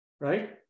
right